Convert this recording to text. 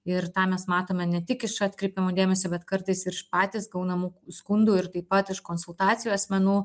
ir tą mes matome ne tik iš atkreipiamo dėmesio bet kartais ir iš patys gaunamų skundų ir taip pat iš konsultacijų asmenų